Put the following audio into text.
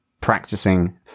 practicing